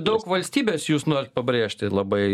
daug valstybės jūs norit pabrėžti labai